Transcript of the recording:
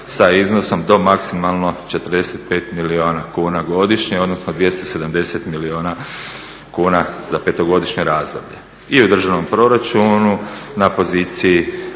sa iznosom do maksimalno 45 milijuna kuna godišnje, odnosno 270 milijuna kuna za 5-godišnje razdoblje. I u državnom proračunu na poziciji